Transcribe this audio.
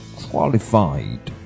qualified